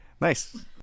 Nice